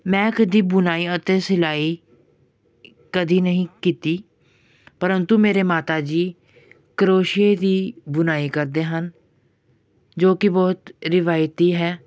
ਮੈਂ ਕਦੇ ਬੁਣਾਈ ਅਤੇ ਸਿਲਾਈ ਕਦੇ ਨਹੀਂ ਕੀਤੀ ਪਰੰਤੂ ਮੇਰੇ ਮਾਤਾ ਜੀ ਕਰੋਸ਼ੀਏ ਦੀ ਬੁਣਾਈ ਕਰਦੇ ਹਨ ਜੋ ਕਿ ਬਹੁਤ ਰਿਵਾਇਤੀ ਹੈ